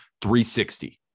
360